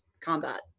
combat